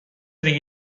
دیگه